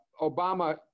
Obama